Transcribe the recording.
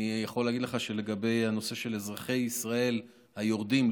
אני יכול להגיד על הנושא של אזרחי ישראל היורדים,